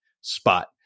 spot